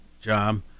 job